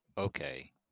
Okay